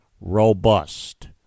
robust